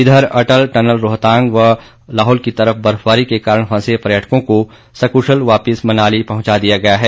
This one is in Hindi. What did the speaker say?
इधर अटल टनल रोहतांग व लाहौल की तरफ बर्फबारी के कारण फंसे पर्यटकों को सकुशल वापिस मनाली पहुंचा दिया गया है